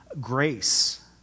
grace